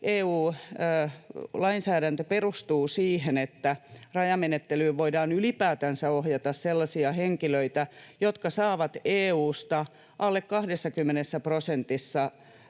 EU-lainsäädäntö perustuu siihen, että rajamenettelyyn voidaan ylipäätäänsä ohjata sellaisia henkilöitä, jotka saavat EU:sta alle 20 prosentissa